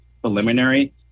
preliminary